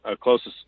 closest